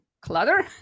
clutter